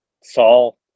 Saul